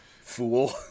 Fool